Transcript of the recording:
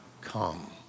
come